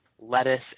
lettuce